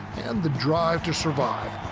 and the drive to survive.